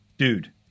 Dude